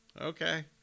okay